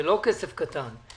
זה לא כסף קטן.